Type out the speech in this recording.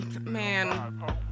man